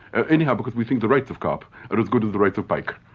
ah anyhow because we think the rights of carp are as good as the rights of pike,